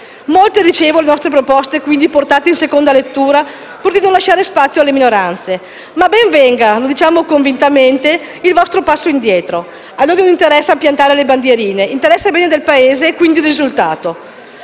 molte delle nostre proposte, quindi, sono state portate in seconda lettura, pur di non lasciare spazio alle minoranze. Ma ben venga, lo diciamo convintamente, il vostro passo indietro. A noi non interessa piantare le bandierine, ci interessa il bene del Paese e quindi il risultato.